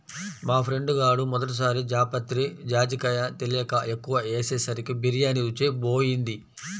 మా ఫ్రెండు గాడు మొదటి సారి జాపత్రి, జాజికాయ తెలియక ఎక్కువ ఏసేసరికి బిర్యానీ రుచే బోయింది